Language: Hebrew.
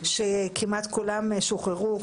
ראשון, כמעט כולם שוחררו.